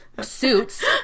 Suits